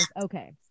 Okay